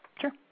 Sure